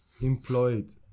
employed